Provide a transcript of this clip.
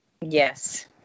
yes